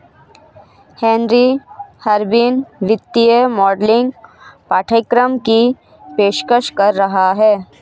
Henry Harvin वित्तीय modelling पाठ्यक्रम की पेशकश कर रहा हैं